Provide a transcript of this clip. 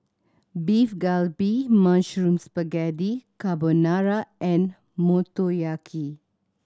Beef Galbi Mushroom Spaghetti Carbonara and Motoyaki